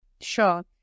sure